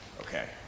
Okay